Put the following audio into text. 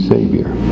Savior